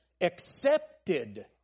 accepted